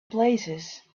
places